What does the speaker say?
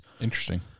Interesting